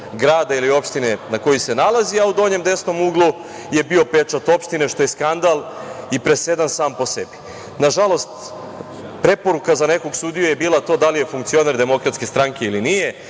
grada ili opštine na koji se nalazi, a u donjem desnom uglu je bio pečat opštine što je skandal i presedan sam po sebi. Na žalost, preporuka za nekog sudiju je bila to da li je funkcioner DS ili nije,